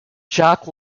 jack